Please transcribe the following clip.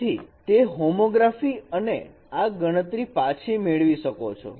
તેથી તેથી તે હોમોગ્રાફી અને આ ગણતરી પાછી મેળવી શકો છો